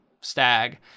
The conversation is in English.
stag